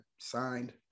Signed